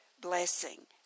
blessing